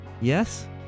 Yes